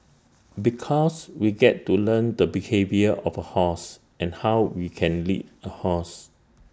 because we get to learn the behaviour of A horse and how we can lead A horse